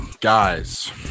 guys